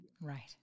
Right